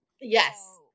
yes